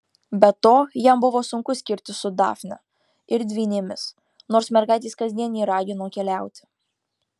be to jam buvo sunku skirtis su dafne ir dvynėmis nors mergaitės kasdien jį ragino keliauti